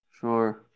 Sure